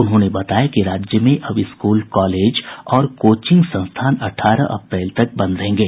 उन्होंने बताया कि राज्य में अब स्कूल कॉलेज और कोचिंग संस्थान अठारह अप्रैल तक बंद रहेंगे